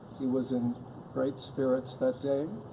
he was in great spirits that day.